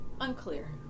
unclear